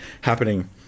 happening